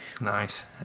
nice